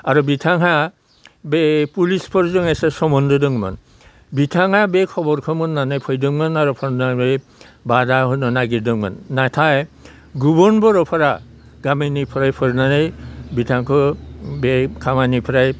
आरो बिथाङा बे पुलिसफोरजों इसे सोमोन्दो दंमोन बिथाङा बे खबरखौ मोननानै फैदोंमोन आरो फैनानै बाधा होनो नागिरदोंमोन नाथाय गुबुन बर'फोरा गामिनि फरायफोरनानै बिथांखौ बे खामानिनिफ्राय